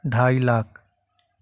ڈھائی لاکھ